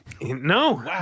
No